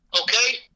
Okay